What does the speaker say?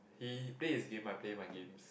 he play his game I play my games